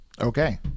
okay